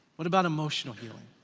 what about emotional healing?